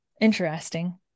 Interesting